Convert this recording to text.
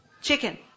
chicken